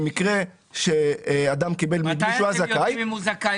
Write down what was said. כן, שאין שינוי בחישוב.